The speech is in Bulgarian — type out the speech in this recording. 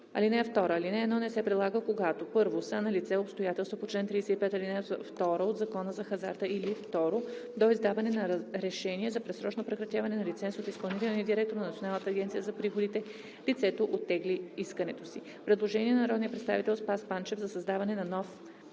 г. (2) Алинея 1 не се прилага, когато: 1. са налице обстоятелства по чл. 35, ал. 2 от Закона за хазарта, или; 2. до издаване на решение за предсрочно прекратяване на лиценз от изпълнителния директор на Националната агенция за приходите лицето оттегли искането си.“ Предложение на народния представител Спас Панчев за създаване на нов